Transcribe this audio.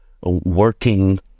working